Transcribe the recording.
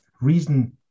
reason